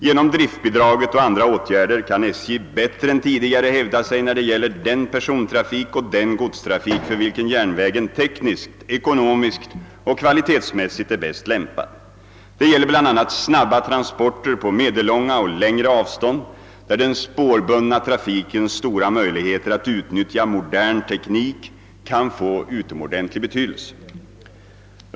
Genom driftbidraget och andra åtgärder kan SJ bättre än tidigare hävda sig när det gäller den persontrafik och den godstrafik för vilken järnvägen tekniskt, ekonomiskt och kvalitetsmässigt är bäst lämpad. Det gäller bl.a. snabba transporter på medellånga och längre avstånd, där den spårbundna trafikens stora möjligheter att utnyttja modern teknik kan få utomordentlig betydelse.